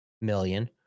million